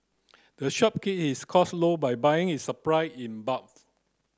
the shop keep its cost low by buying its supply in bulk